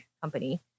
company